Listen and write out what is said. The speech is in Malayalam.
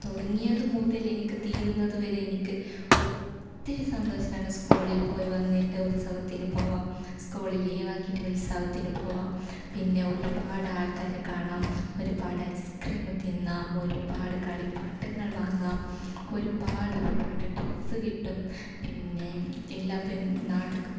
തുടങ്ങിയത് മുതൽ എനിക്ക് തീരുന്നത് വരെ എനിക്ക് ഒത്തിരി സന്തോഷമാണ് സ്കൂളിൽ പോയി വന്നിട്ട് ഉത്സവത്തിന് പോവാം സ്കൂള് ലീവാക്കിയിട്ട് ഉത്സവത്തിനു പോകാം പിന്നെ ഒരുപാട് ആൾക്കാരെ കാണാം ഒരുപാട് ഐസ് ക്രീമ് തിന്നാം ഒരുപാട് കളിപ്പാട്ടങ്ങൾ വാങ്ങാം ഒരുപാട് ഒരുപാട് ഡ്രസ്സ് കിട്ടും പിന്നെ എല്ലാം